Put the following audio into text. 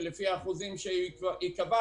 ולפי האחוזים שייקבעו,